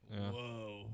Whoa